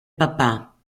papà